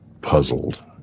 puzzled